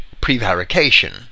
prevarication